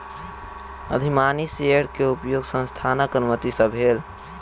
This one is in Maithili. अधिमानी शेयर के उपयोग संस्थानक अनुमति सॅ भेल